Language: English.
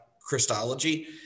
Christology